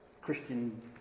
Christian